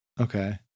Okay